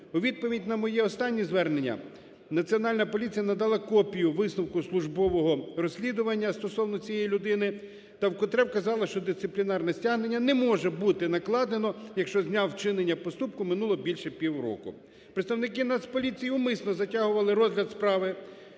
У відповідь на моє останнє звернення Національна поліція надала копію висновку службового розслідування стосовно цієї людини та вкотре вказала, що дисциплінарне стягнення не може бути накладено, якщо з дня вчинення поступку минуло більше півроку. Представники Нацполіції умисно затягували розгляд справи,